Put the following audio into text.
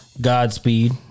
Godspeed